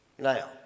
Now